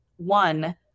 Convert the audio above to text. One